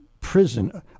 prison